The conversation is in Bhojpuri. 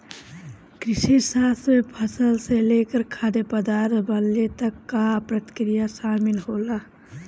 कृषिशास्त्र में फसल से लेकर खाद्य पदार्थ बनले तक कअ प्रक्रिया शामिल होला